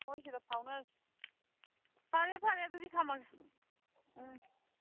ꯍꯣꯏ ꯁꯤꯗ ꯐꯥꯎꯅꯔꯁꯤ ꯐꯔꯦ ꯐꯔꯦ ꯑꯗꯨꯗꯤ ꯊꯝꯃꯒꯦ ꯎꯝ